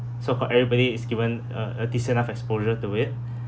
so-called everybody is given uh a decent enough exposure to it